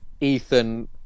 ethan